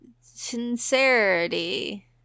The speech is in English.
sincerity